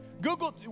Google